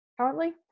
currently